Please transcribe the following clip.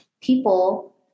people